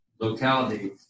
locality